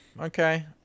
Okay